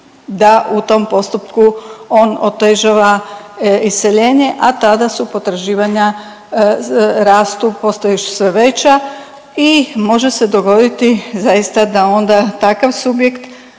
da u tom postupku on otežava iseljenje, a tada su potraživanja rastu, postaju sve veća i može se dogoditi zaista da onda takav subjekt